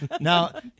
now